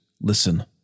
listen